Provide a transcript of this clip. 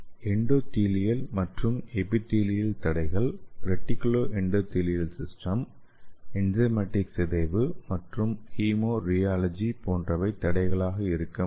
endothelial மற்றும் epithelial தடைகள் reticuloendothelial system enzymatic சிதைவு மற்றும் ஹீமோ ரியாலஜி போன்றவை தடைகளாக இருக்க முடியும்